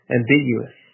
ambiguous